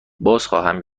بازخواهم